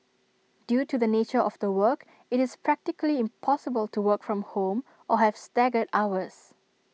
due to the nature of the work IT is practically impossible to work from home or have staggered hours